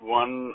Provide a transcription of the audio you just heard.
one